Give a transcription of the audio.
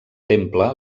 temple